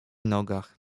nogach